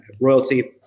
Royalty